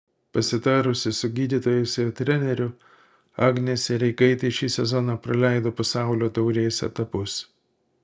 pasitarusi su gydytojais ir treneriu agnė sereikaitė šį sezoną praleido pasaulio taurės etapus